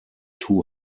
two